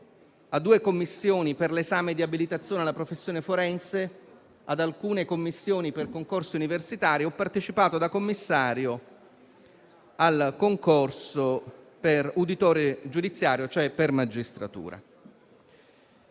a due commissioni per l'esame di abilitazione alla professione forense, ad alcune commissioni per concorsi universitari e, da commissario, al concorso per uditore giudiziario, cioè per la magistratura.